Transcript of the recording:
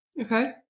Okay